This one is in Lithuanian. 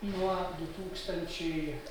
nuo du tūkstančiai